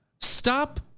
Stop